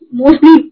mostly